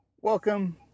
Welcome